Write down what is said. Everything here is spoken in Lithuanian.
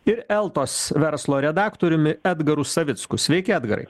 ir eltos verslo redaktoriumi edgaru savicku sveiki edgarai